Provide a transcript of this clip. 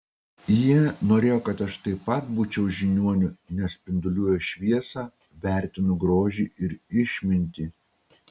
jie norėjo kad aš taip pat būčiau žiniuoniu nes spinduliuoju šviesą vertinu grožį ir išmintį